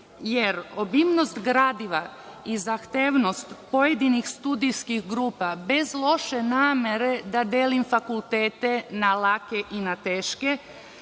jer obimnost gradiva i zahtevnost pojedinih studijskih grupa, bez loše namere da dele fakultete na lake i na teške